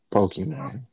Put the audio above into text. Pokemon